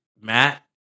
Matt